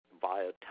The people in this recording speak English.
via